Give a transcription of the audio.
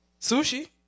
Sushi